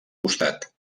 costat